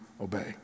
obey